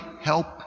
help